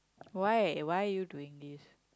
why why are you doing this